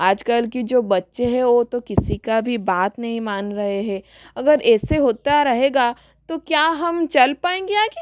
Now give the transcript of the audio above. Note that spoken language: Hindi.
आजकल के जो बच्चे हैं वह तो किसी का भी बात नही मान रहे है अगर ऐसे होता रहेगा तो क्या हम चल पाएंगे आगे